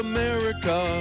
America